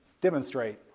demonstrate